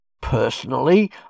Personally